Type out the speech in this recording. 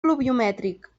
pluviomètric